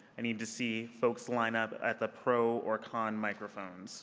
i need to see folks line up at the pro or con microphone.